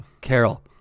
Carol